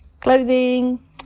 clothing